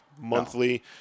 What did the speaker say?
monthly